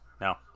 No